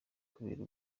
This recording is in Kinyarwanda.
kubera